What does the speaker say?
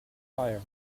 fire